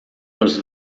nos